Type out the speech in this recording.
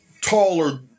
taller